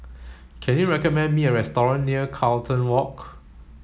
can you recommend me a near Carlton Walk